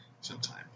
sometime